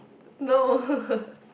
no